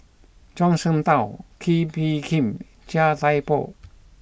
Zhuang Shengtao Kee Bee Khim Chia Thye Poh